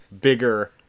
bigger